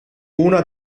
una